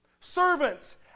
Servants